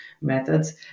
methods